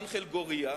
אנחל גורייה.